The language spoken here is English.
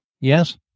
Yes